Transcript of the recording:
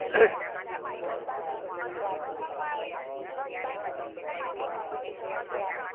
गाउँ घर भट्टाउँदै देउसुरे खेल्दै चन्दाहरू बटुल्ने त्यो प्रथा